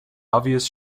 obvious